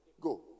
Go